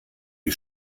die